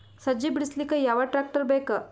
ಸಜ್ಜಿ ಬಿಡಿಸಿಲಕ ಯಾವ ಟ್ರಾಕ್ಟರ್ ಬೇಕ?